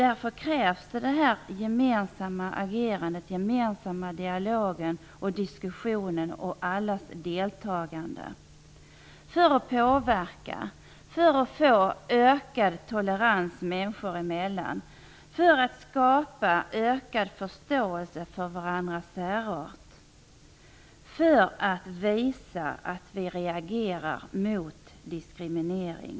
Därför krävs gemensamt agerande, den gemensamma dialogen och diskussionen och allas deltagande för att vi skall kunna påverka, för att få ökad tolerans människor emellan, för att skapa ökad förståelse för varandras särart och för att visa att vi reagerar mot diskriminering.